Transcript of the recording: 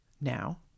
Now